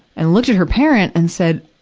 and looked at her parent and said,